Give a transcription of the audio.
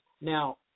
Now